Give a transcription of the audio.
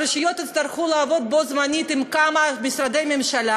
הרשויות יצטרכו לעבוד בו זמנית עם כמה משרדי ממשלה,